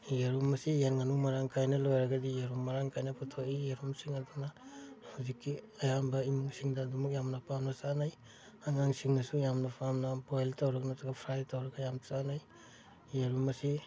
ꯌꯦꯔꯨꯝ ꯑꯁꯤ ꯌꯦꯟ ꯉꯥꯅꯨ ꯃꯔꯥꯡ ꯀꯥꯏꯅ ꯂꯣꯏꯔꯒꯗꯤ ꯌꯦꯔꯨꯝ ꯃꯔꯥꯡ ꯀꯥꯏꯅ ꯄꯨꯊꯣꯛꯏ ꯌꯦꯔꯨꯝꯁꯤꯡ ꯑꯗꯨꯅ ꯍꯧꯖꯤꯛꯀꯤ ꯑꯌꯥꯝꯕ ꯏꯃꯨꯡꯁꯤꯡꯗ ꯑꯗꯨꯃꯛ ꯌꯥꯝꯅ ꯄꯥꯝꯅ ꯆꯥꯅꯩ ꯑꯉꯥꯡꯁꯤꯡꯅꯁꯨ ꯌꯥꯝꯅ ꯄꯥꯝꯅ ꯕꯣꯏꯜ ꯇꯧꯔꯒ ꯅꯠꯇ꯭ꯔꯒ ꯐ꯭ꯔꯥꯏ ꯇꯧꯔꯒ ꯌꯥꯝ ꯆꯥꯅꯩ ꯌꯦꯔꯨꯝ ꯑꯁꯤ